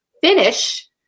finish